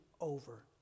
over